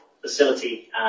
facility